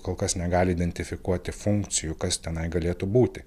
kol kas negali identifikuoti funkcijų kas tenai galėtų būti